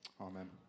amen